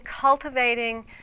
cultivating